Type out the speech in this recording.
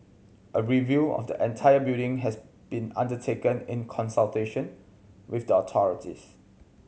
a review of the entire building has been undertaken in consultation with the authorities